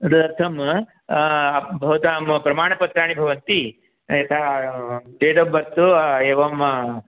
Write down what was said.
रथम् भवतां प्रमाणपत्राणि भवन्ति यथा डेट् आफ़् बर्थ् एवं